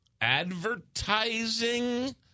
advertising